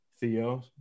Theo